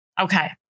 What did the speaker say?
Okay